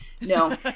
No